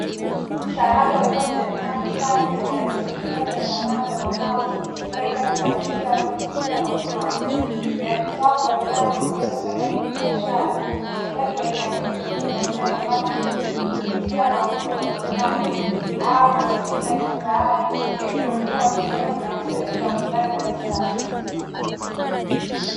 Samaki wakiwa kwenye maji safi ikiakisi ufugaji wa samaki wa mapambo, unaohitaji mazingira yaliyodhibitiwa na huduma bora, rangi zao mbalimbali huongeza thamani ya kibiashara; na ufugaji wa aina hii huchangia katika mapato kupitia mauzo kwa bustani au matumiazi ya kifahari hivyo kuwa sehemu ya sekta ya ufugaji wa kisasa.